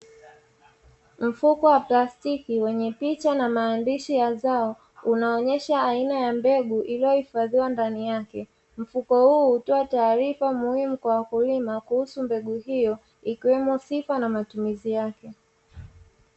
Mfuko wa plastiki wenye picha na maandishi ya zao, unaonyesha aina ya mbegu iliyohifadhiwa ndani yake. Mfuko huu hutoa taarifa muhimu kwa wakulima kuhusu mbegu hiyo, ikiwemo sifa na matumizi yake.